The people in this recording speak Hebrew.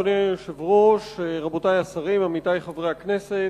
אדוני היושב-ראש, רבותי השרים, עמיתי חברי הכנסת,